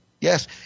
Yes